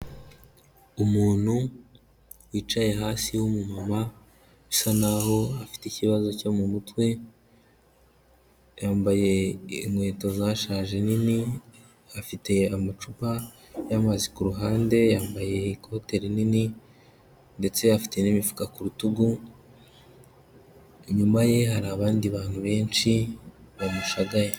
Umuntu yicaye hasi w'umumama usa naho afite ikibazo cyo mu mutwe, yambaye inkweto zashaje nini, afite amacupa y'amazi ku ruhande, yambaye ikote rinini ndetse afite n'imifuka ku rutugu, inyuma ye hari abandi bantu benshi bamushagaye.